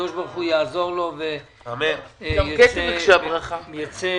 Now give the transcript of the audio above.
שהקדוש ברוך הוא יעזור לו והוא יצא